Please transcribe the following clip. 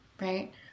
Right